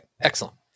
Excellent